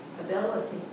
Ability